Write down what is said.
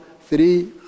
three